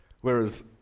Whereas